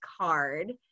card